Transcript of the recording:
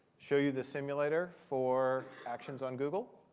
show you the simulator for actions on google.